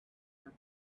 her